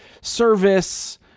service